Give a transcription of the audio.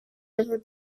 river